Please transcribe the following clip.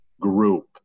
group